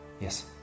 Yes